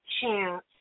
chance